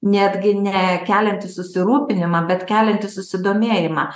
netgi ne keliantys susirūpinimą bet keliantys susidomėjimą